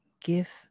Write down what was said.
Give